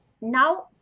now